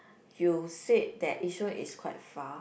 you said that issue is quite far